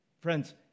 Friends